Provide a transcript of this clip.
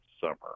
summer